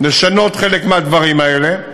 לשנות חלק מהדברים האלה.